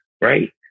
Right